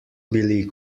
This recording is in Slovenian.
bili